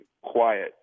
quiet